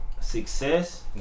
success